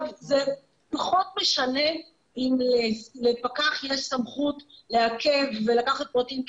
זה פחות משנה אם לפקח יש סמכות לעכב ולקחת פרטים,